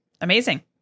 Amazing